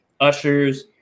ushers